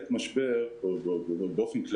יניב ומיכל,